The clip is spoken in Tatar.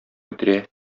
үтерә